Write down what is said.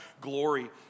glory